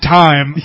time